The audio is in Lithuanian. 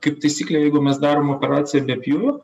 kaip taisyklė jeigu mes darom operaciją be pjūvio